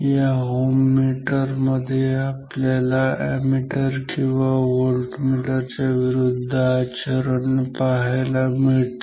या ओहममीटर मध्ये आपल्याला अॅमीटर किंवा व्होल्टमीटर च्या विरुद्ध आचरण पाहायला मिळते